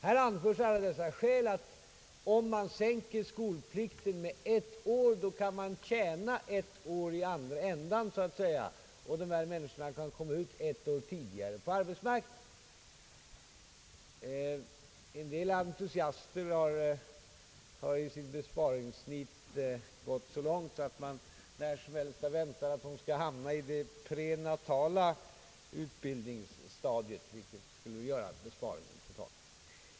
Här anföres som skäl att om man sänker skolpliktsåldern med ett år kan man tjäna ett år i andra ändan så att säga, så att ungdomarna skulle kunna komma ut på arbetsmarknaden ett år tidigare. En del entusiaster har i sitt besparingsnit gått så långt att man när som helst väntar att de skall hamna i det prenatala utbildningsstadiet, vilket ju skulle medföra en besparing.